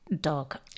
dog